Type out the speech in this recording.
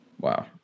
Wow